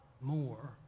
more